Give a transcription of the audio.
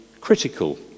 critical